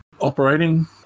operating